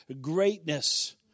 greatness